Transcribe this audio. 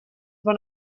one